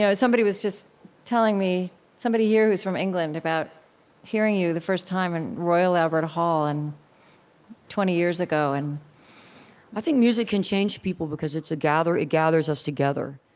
yeah somebody was just telling me somebody here who's from england about hearing you the first time in royal albert hall and twenty years ago and i think music can change people because it gathers gathers us together,